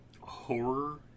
horror